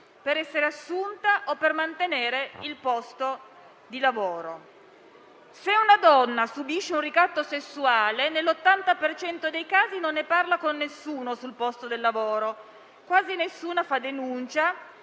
per essere assunte o per mantenere il posto di lavoro. Se una donna subisce un ricatto sessuale, nell'80 per cento dei casi non ne parla con nessuno sul posto di lavoro; quasi nessuna fa denuncia,